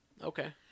okay